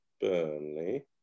Burnley